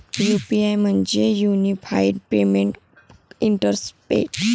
UPI म्हणजे unified payment interface